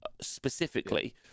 specifically